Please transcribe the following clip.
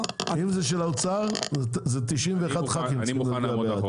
אם זה של האוצר זה 91 ח"כים צריכים להיות.